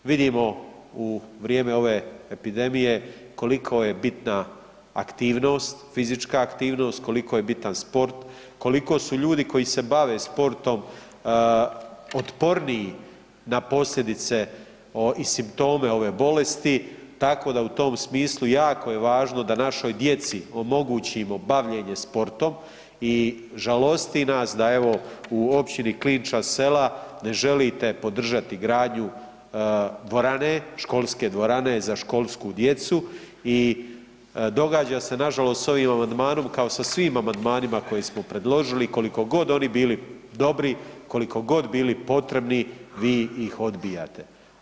Vidimo u vrijeme ove epidemije koliko je bitna aktivnost, fizička aktivnost, koliko je bitan sport, koliko su ljudi koji se bave sportom otporniji na posljedice i simptome ove bolesti, tako da u tom smislu jako je važno da našoj djeci omogućimo bavljenje sportom i žalosti nas da evo u općini Klinča Sela ne želite podržati gradnju dvorane, školske dvorane za školsku djecu i događa se nažalost s ovim amandmanom kao sa svim amandmanima koje smo predložili koliko god oni bili dobri, koliko god bili potrebni, vi ih odbijate.